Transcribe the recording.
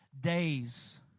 days